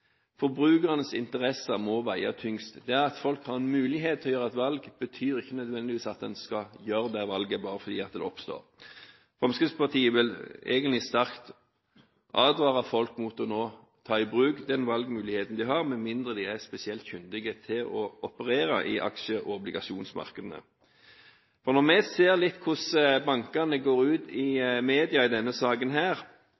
forbrukernes interesser må veie tyngst. Det at folk har mulighet til å gjøre et valg, betyr ikke nødvendigvis at en skal gjøre det valget. Fremskrittspartiet vil sterkt advare folk mot nå å ta i bruk den valgmuligheten de har, med mindre de er spesielt kyndige til å operere i aksje- og obligasjonsmarkedene. Når vi ser hvordan bankene går ut i